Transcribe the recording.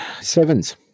sevens